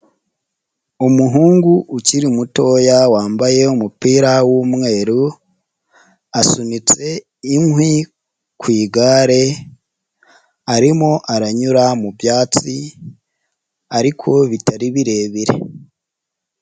Umuhungu ukiri mutoya wambaye umupira w'umweru, asunitse inkwi ku igare, arimo aranyura mu byatsi ariko bitari birebire.